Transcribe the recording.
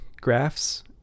graphs